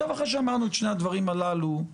אחרי שאמרנו את שני הדברים הללו,